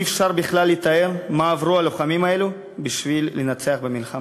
אי-אפשר בכלל לתאר מה עברו הלוחמים האלו כדי לנצח במלחמה.